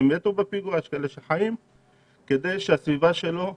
כדי שהסביבה שלו תורתע.